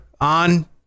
on